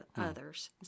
others